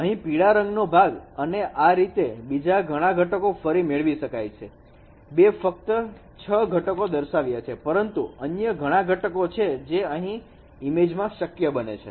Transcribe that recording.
અહીં પીળા રંગનો ભાગ અને આ રીતે બીજા ઘણા ઘટકો ફરી મેળવી શકાય છે મે ફક્ત 6 ઘટકો દર્શાવ્યા છે પરંતુ અન્ય ઘણા ઘટકો છે અહી ઈમેજમાં શક્ય બને છે